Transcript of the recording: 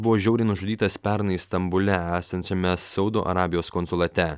buvo žiauriai nužudytas pernai stambule esančiame saudo arabijos konsulate